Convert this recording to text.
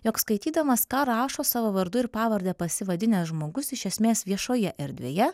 jog skaitydamas ką rašo savo vardu ir pavarde pasivadinęs žmogus iš esmės viešoje erdvėje